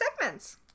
segments